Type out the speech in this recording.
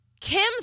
Kim's